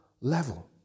level